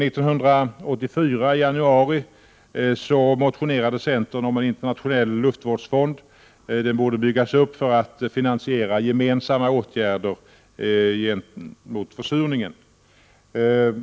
I januari 1984 motionerade centerpartiet om en internationell luftvårdsfond — den borde byggas upp för att finansiera gemensamma åtgärder mot försurningen.